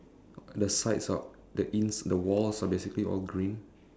the sides are the in the walls are basically all green